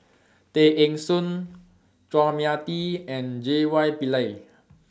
Tay Eng Soon Chua Mia Tee and J Y Pillay